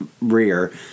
rear